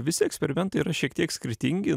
vis eksperimentai yra šiek tiek skirtingi